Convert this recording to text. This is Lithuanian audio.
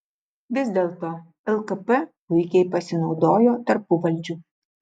vis dėlto lkp puikiai pasinaudojo tarpuvaldžiu